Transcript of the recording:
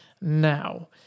Now